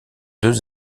deux